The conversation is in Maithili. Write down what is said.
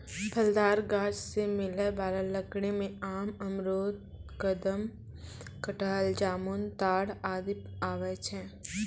फलदार गाछ सें मिलै वाला लकड़ी में आम, अमरूद, कदम, कटहल, जामुन, ताड़ आदि आवै छै